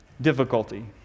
difficulty